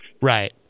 Right